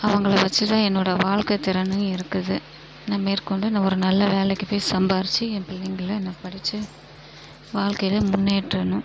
அவங்களை வச்சுதான் என்னோடய வாழ்க்கைத்திறனும் இருக்குது நான் மேற்கொண்டு நான் ஒரு நல்ல வேலைக்கு போய் சம்பாரித்து என் பிள்ளைங்கள நான் படிச்சு வாழ்க்கையில் முன்னேற்றணும்